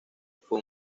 fue